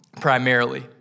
primarily